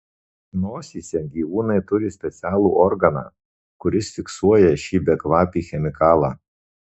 nosyse gyvūnai turi specialų organą kuris fiksuoja šį bekvapį chemikalą